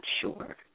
sure